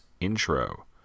intro